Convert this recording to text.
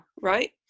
right